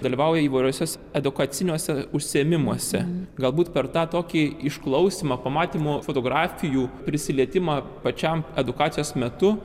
dalyvauja įvairiuose edukaciniuose užsiėmimuose galbūt per tą tokį išklausymą pamatymo fotografijų prisilietimą pačiam edukacijos metu